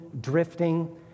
drifting